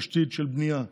תשתית של בנייה,